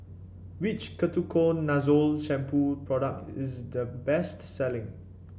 which Ketoconazole Shampoo product is the best selling